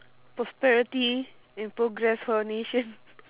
prosperity and progress for our nation